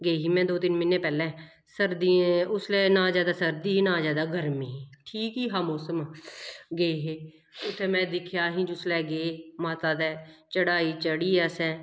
गेई ही में दो तिन म्हीने पैह्लें सर्दी उसलै ना जादा सर्दी ही नां जादा गर्मी ही ठीक गै है मोसम गे हे उत्थें में दिक्खेआ असीं जिसलै गे माता दे चढ़ाई चढ़ी असें